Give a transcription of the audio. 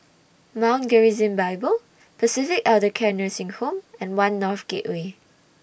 Mount Gerizim Bible Pacific Elder Care Nursing Home and one North Gateway